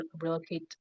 relocate